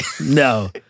No